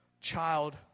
child